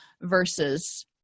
versus